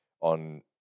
on